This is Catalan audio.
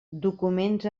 documents